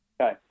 Okay